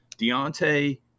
Deontay